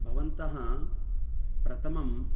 भवन्तः प्रथमं